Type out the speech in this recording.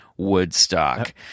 Woodstock